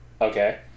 Okay